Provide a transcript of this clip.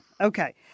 Okay